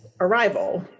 arrival